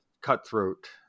cutthroat